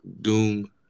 Doom